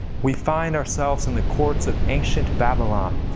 we find ourselves in the courts of ancient babylon.